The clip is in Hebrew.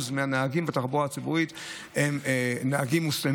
מהנהגים בתחבורה הציבורית הם מוסלמים,